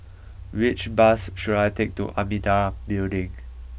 which bus should I take to Amitabha Building